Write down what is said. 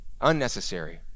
Unnecessary